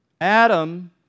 Adam